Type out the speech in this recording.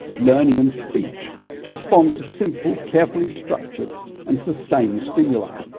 learning and speech respond to simple, carefully structured and sustained stimuli.